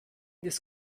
des